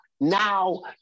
now